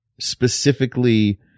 specifically